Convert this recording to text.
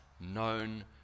known